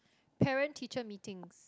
parent teacher Meetings